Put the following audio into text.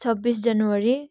छब्बिस जनवरी